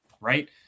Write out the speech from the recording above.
right